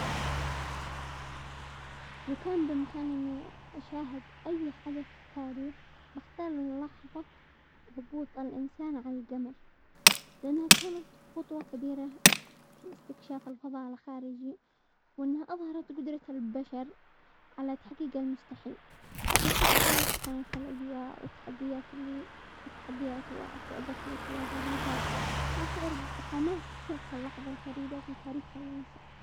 لو كان بامكاني اني اشاهد اي حدث في التاريخ بختار لحظة هبوط الانسان على القمر، لانها كانت خطوة كبيرة في استكشاف الفضاء الخارجي، وانها اظهرت قدرة البشر على تحقيق المستحيل، احب اشوف كيف كانت الاجواء والتحديات اللي - والتحديات والصعوبات التي واجهوها، واشعر بحماس تلك اللحظة الفريدة في تاريخ الانسان.